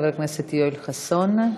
חבר הכנסת יואל חסון.